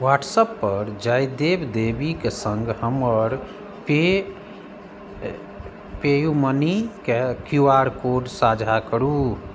WhatsApp पर जयदेव देवीके संग हमर पेयूमनी के क्यू आर कोड साझा करू